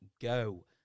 go